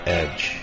edge